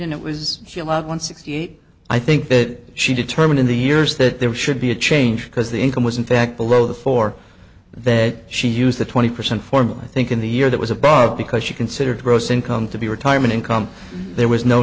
and it was she allowed one sixty eight i think that she determined in the years that there should be a change because the income was in fact below the four that she used the twenty percent formula i think in the year that was above because she considered gross income to be retirement income there was no